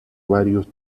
varios